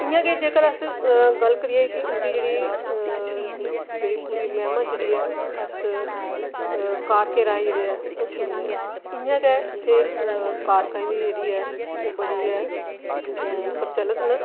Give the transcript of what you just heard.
इ'यां गै जेकर अस गल्ल करचै कि उं'दी जेह्ड़ी जेह्ड़ी पूरी मैहमा जेह्ड़ी एह् अस कारकें राहें जेह्ड़ी ऐ अस सुनने आं इ'यां गै इत्थै कारकें दी जेह्ड़ी ओह् बड़ी गै प्रचलित न